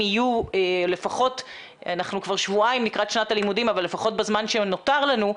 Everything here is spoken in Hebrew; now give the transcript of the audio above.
אנחנו שבועיים לקראת שנת הלימודים אבל לפחות בזמן שנותר לנו,